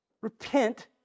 repent